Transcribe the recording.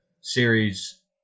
series